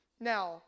Now